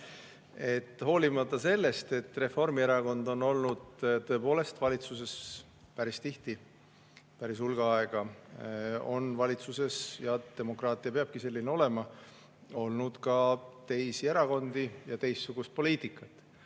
Hoolimata sellest, et Reformierakond on olnud tõepoolest valitsuses päris tihti ja päris hulga aega, on valitsuses – demokraatia peabki selline olema – olnud ka teisi erakondi ja teistsugust poliitikat.